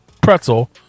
pretzel